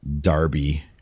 Darby